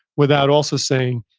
without also saying,